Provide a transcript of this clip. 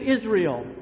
Israel